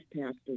passed